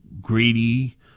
greedy